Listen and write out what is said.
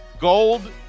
gold